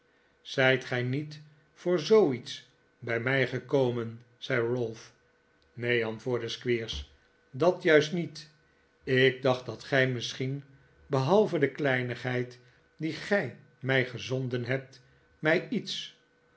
zijt gij niet voor zooiets bij mij gekomen zei ralph neen antwoordde squeers dat juist niet ik dacht dat gij misschien behalve de kleinigheid die gij mij gezonden hebt mij iets